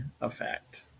effect